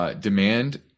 demand